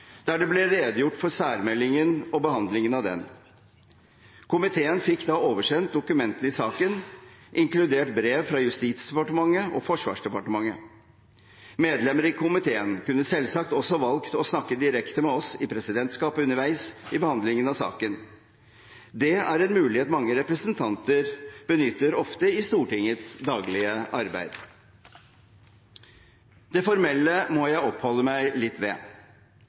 der det ble redegjort for særmeldingen og behandlingen av den. Komiteen fikk da oversendt dokumentene i saken, inkludert brev fra Justisdepartementet og Forsvarsdepartementet. Medlemmer i komiteen kunne selvsagt også valgt å snakke direkte med oss i presidentskapet underveis i behandlingen av saken. Det er en mulighet mange representanter benytter ofte i Stortingets daglige arbeid. Det formelle må jeg oppholde meg litt ved.